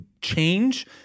change—